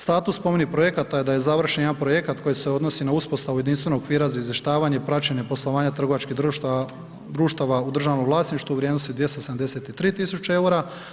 Status spomenutih projekata je da je završen jedan projekat koji se odnosi na uspostavu jedinstvenog okvira za izvještavanja i praćenje poslovanja trgovačkih društava u državnom vlasništvu u vrijednosti 273 tisuće eura.